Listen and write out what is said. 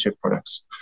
products